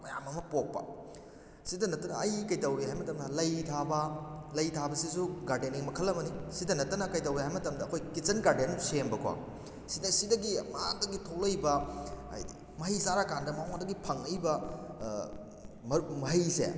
ꯃꯌꯥꯝ ꯑꯃ ꯄꯣꯛꯄ ꯁꯤꯗ ꯅꯠꯇꯅ ꯑꯩ ꯀꯩꯗꯧꯔꯤ ꯍꯥꯏꯕ ꯃꯇꯝꯗ ꯂꯩ ꯊꯥꯕ ꯂꯩ ꯊꯥꯕꯁꯤꯁꯨ ꯒꯥꯔꯗꯦꯅꯤꯡ ꯃꯈꯜ ꯑꯃꯅꯤ ꯁꯤꯗ ꯅꯠꯇꯅ ꯀꯩꯗꯧꯏ ꯍꯥꯏꯕ ꯃꯇꯝꯗ ꯑꯩꯈꯣꯏ ꯀꯤꯆꯟ ꯒꯥꯔꯗꯦꯟ ꯁꯦꯝꯕꯀꯣ ꯁꯤꯗ ꯁꯤꯗꯒꯤ ꯃꯥꯗꯒꯤ ꯊꯣꯛꯂꯛꯏꯕ ꯍꯥꯏꯗꯤ ꯃꯍꯩ ꯆꯥꯔ ꯀꯥꯟꯗ ꯃꯉꯣꯟꯗꯒꯤ ꯐꯪꯂꯛꯏꯕ ꯃꯍꯩꯁꯦ